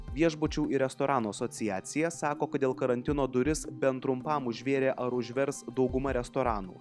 viešbučių ir restoranų asociacija sako kad dėl karantino duris bent trumpam užvėrė ar užvers dauguma restoranų